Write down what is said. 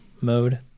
mode